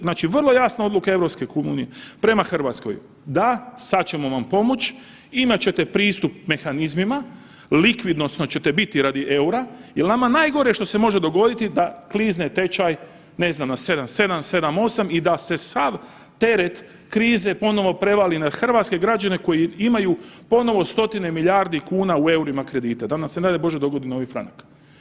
Znači, vrlo je jasna odluka Europske komisije prema RH da, sad ćemo vam pomoć, imat ćete pristup mehanizmima, likvidnosno ćete biti radi EUR-a jel nama najgore što se može dogoditi da klizne tečaj, ne znam na 7,7-7,8 i da se sav teret krize ponovo prevali na hrvatske građane koji imaju ponovo stotine milijardi kuna u EUR-ima kredite, da nam se ne daj Bože dogodi novi franak.